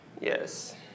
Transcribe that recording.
yes